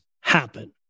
happen